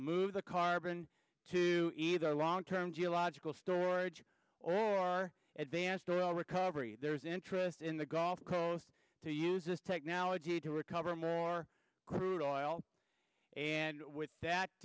move the carbon to either long term geological storage or advanced oil recovery there is interest in the gulf coast to use this technology to recover more crude oil and with that